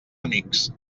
amics